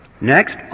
Next